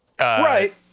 right